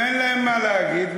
ואין להם מה להגיד,